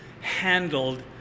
handled